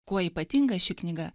kuo ypatinga ši knyga